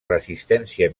resistència